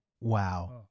Wow